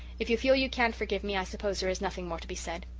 if you feel you can't forgive me i suppose there is nothing more to be said.